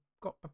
got